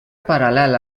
paral·lel